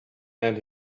and